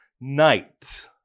night